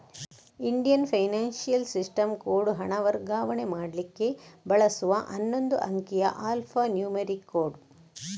Indian financial system code ಹಣ ವರ್ಗಾವಣೆ ಮಾಡ್ಲಿಕ್ಕೆ ಬಳಸುವ ಹನ್ನೊಂದು ಅಂಕಿಯ ಆಲ್ಫಾ ನ್ಯೂಮರಿಕ್ ಕೋಡ್